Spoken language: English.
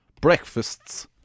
breakfasts